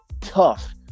tough